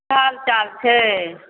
की हालचाल छै